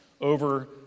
over